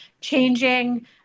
changing